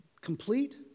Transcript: complete